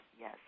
yes